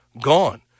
gone